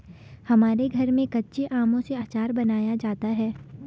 हमारे घर में कच्चे आमों से आचार बनाया जाता है